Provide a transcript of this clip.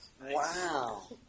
Wow